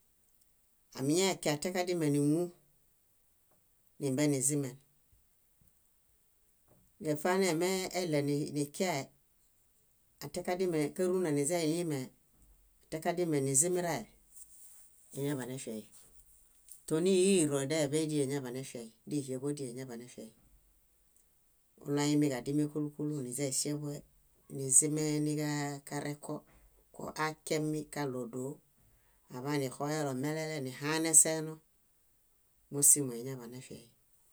amiñaekia atiakadime níŋu nimbenizimẽ. Dépi anemeɭenikiae, átiakaruna naźanilimẽe, atiakadimenizimerae, eñaḃanefiai. Tóniiro deḃe díi eñaḃanefiai, díhieḃodi eñaḃanefiai oɭuaimikadime kúlu kúlu niźaniŝeḃue, nizimẽeniġaareko koakiemi kaɭo dó aḃanixoelo melele nihaneseeno, músimo eñaḃanefiay.